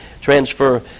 transfer